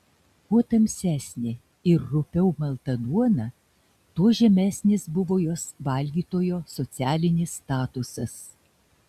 kuo tamsesnė ir rupiau malta duona tuo žemesnis buvo jos valgytojo socialinis statusas